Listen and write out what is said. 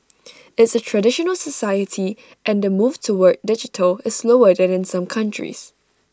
it's A traditional society and the move toward digital is slower than in some countries